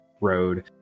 road